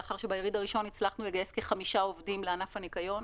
לאחר שביריד הראשון הצלחנו לגייס 5 עובדים לענף הניקיון.